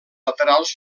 laterals